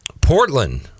Portland